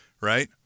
right